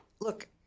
look